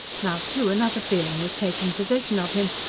now, too another feeling was taking possession of him,